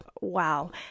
wow